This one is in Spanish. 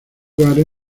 lugares